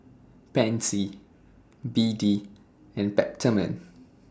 Pansy B D and Peptamen